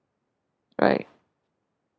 right